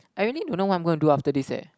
I really don't know what I'm gonna do after this eh